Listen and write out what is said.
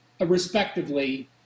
respectively